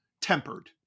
Tempered